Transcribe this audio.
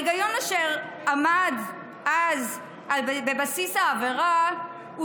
ההיגיון אשר עמד אז בבסיס העבירה הוא